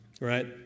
right